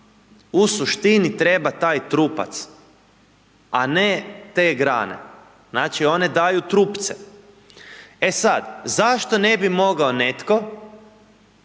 u suštini treba taj trupac, a ne te grane, znači one daju trupce. E sad zašto ne bi mogao netko